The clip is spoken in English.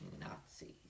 Nazis